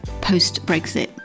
post-Brexit